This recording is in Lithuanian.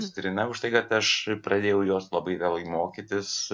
citrina už tai kad aš pradėjau jos labai vėlai mokytis